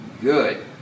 good